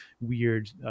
weird